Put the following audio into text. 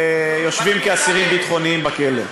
שיושבים כאסירים ביטחוניים בכלא.